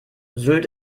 sylt